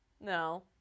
No